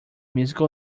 musical